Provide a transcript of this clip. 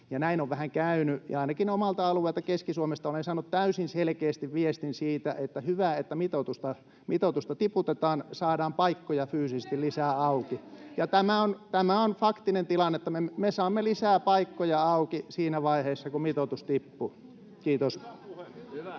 näin on vähän käynyt. Ainakin omalta alueelta Keski-Suomesta olen saanut täysin selkeästi viestin siitä, että hyvä, että mitoitusta tiputetaan: saadaan paikkoja fyysisesti lisää auki. [Krista Kiurun välihuuto] Tämä on faktinen tilanne, että me saamme lisää paikkoja auki siinä vaiheessa, kun mitoitus tippuu. — Kiitos.